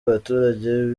abaturage